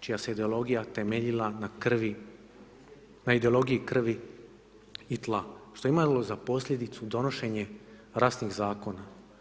čija se ideologija temeljila na krvi, na ideologiji krvi i tla, što je imalo za posljedicu donošenje rasnih zakona.